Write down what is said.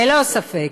ללא ספק,